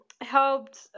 helped